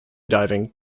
diving